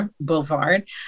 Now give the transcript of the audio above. Boulevard